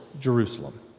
Jerusalem